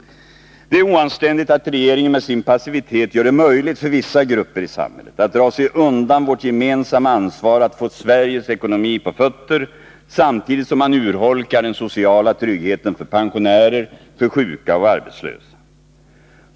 Det är oanständigt att regeringen med sin passivitet gör det möjligt för vissa grupper i samhället att dra sig undan vårt gemensamma ansvar att få Sveriges ekonomi på fötter, samtidigt som den urholkar den sociala tryggheten för pensionärer, sjuka och arbetslösa.